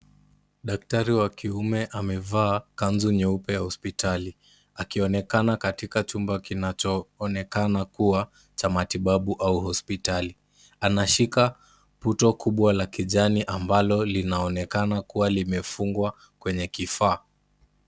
Daktari wa kiume amevaa kanzu nyeupe ya hospitali, akionekana katika chumba kinacho onekana kuwa cha matibabu au hospitali. Anashika puto kubwa la kijani ambalo linaonekana kuwa limefungwa kwenye kifaa.